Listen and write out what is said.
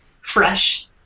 fresh